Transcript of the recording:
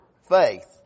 faith